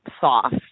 soft